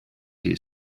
here